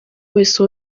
wese